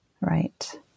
Right